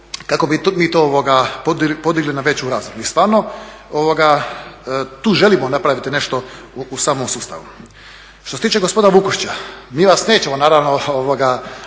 kako bi mi to podigli na veću razinu. I stvarno tu želimo napraviti nešto u samom sustavu. Što se tiče gospodina Vukušića, mi vas nećemo naravno